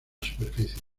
superficie